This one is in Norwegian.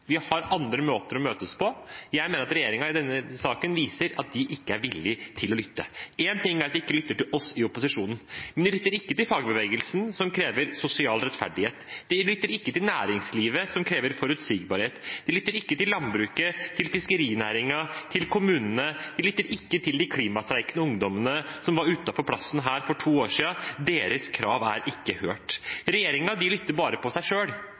Vi har andre måter å møtes på. Jeg mener at regjeringen i denne saken viser at de ikke er villige til å lytte. Én ting er at de ikke lytter til oss i opposisjonen, men de lytter ikke til fagbevegelsen, som krever sosial rettferdighet. De lytter ikke til næringslivet, som krever forutsigbarhet. De lytter ikke til landbruket, til fiskerinæringen eller til kommunene. De lytter ikke til de klimastreikende ungdommene som var ute på plassen her for to år siden, deres krav er ikke hørt. Regjeringen lytter bare til seg